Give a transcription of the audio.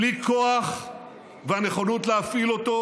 בלי כוח והנכונות להפעיל אותו,